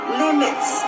limits